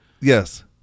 Yes